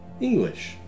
English